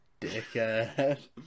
Dickhead